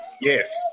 Yes